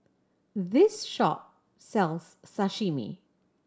this shop sells Sashimi